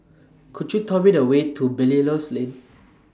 Could YOU Tell Me The Way to Belilios Lane